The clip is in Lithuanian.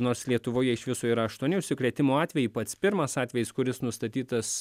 nors lietuvoje iš viso yra aštuoni užsikrėtimo atvejai pats pirmas atvejis kuris nustatytas